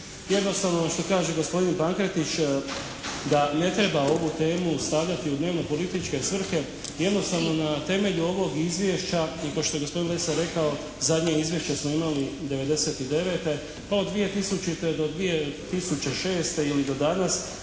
Jednostavno što kaže gospodin Pankretić da ne treba ovu temu stavljati u dnevno političke svrhe, jednostavno na temelju ovog izvješća i kao što je gospodin Lesar rekao zadnje izvješće smo imali '99. Pa od 2000. do 2006. ili do danas